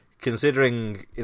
Considering